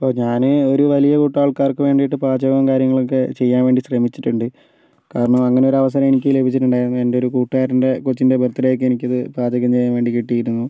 ഇപ്പോൾ ഞാൻ ഒരു വലിയ കൂട്ടം ആൾക്കാർക്ക് വേണ്ടിയിട്ട് പാചകവും കാര്യങ്ങളൊക്കെ ചെയ്യാൻ വേണ്ടി ശ്രമിച്ചിട്ടുണ്ട് കാരണം അങ്ങനെ ഒരവസരം എനിക്ക് ലഭിച്ചിട്ടുണ്ടായിരുന്നു എൻ്റെ ഒരു കുട്ടുക്കാരൻ്റെ കൊച്ചിൻ്റെ ബർത്ത് ഡേക്ക് എനിക്കത് പാചകം ചെയ്യാൻ വേണ്ടി കിട്ടിയിരുന്നു